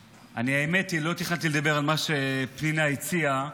האמת, לא תכננתי לדבר על מה שפנינה הציעה,